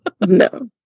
No